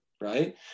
right